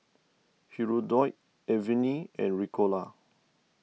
Hirudoid Avene and Ricola